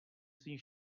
svým